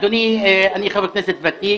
אדוני, אני חבר כנסת ותיק.